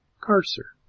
Carcer